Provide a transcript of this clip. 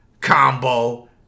Combo